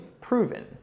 proven